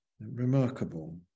Remarkable